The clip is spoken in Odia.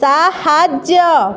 ସାହାଯ୍ୟ